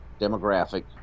demographic